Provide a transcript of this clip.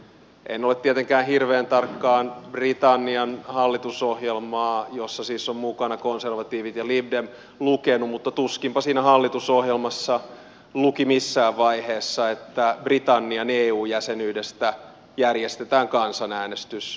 en ole tietenkään hirveän tarkkaan britannian hallitusohjelmaa jossa siis ovat mukana konservatiivit ja lib demit lukenut mutta tuskinpa siinä hallitusohjelmassa luki missään vaiheessa että britannian eu jäsenyydestä järjestetään kansanäänestys